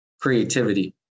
creativity